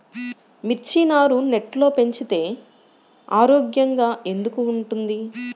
మిర్చి నారు నెట్లో పెంచితే ఆరోగ్యంగా ఎందుకు ఉంటుంది?